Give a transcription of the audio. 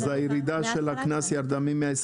אז הירידה של הקנס ירדה מ- 125